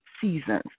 seasons